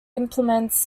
implements